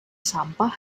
sampah